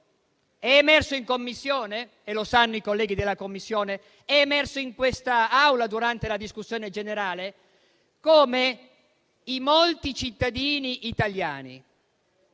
È emerso in Commissione - lo sanno i colleghi della Commissione - ed è emerso in questa Aula, durante la discussione generale, come i molti cittadini italiani